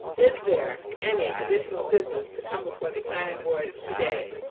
is there any additional business to come before the planning board today?